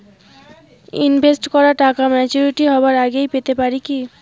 Invest করা টাকা maturity হবার আগেই পেতে পারি কি?